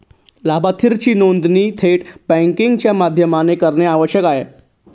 लाभार्थीची नोंदणी net banking च्या माध्यमाने करणे आवश्यक आहे